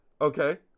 Okay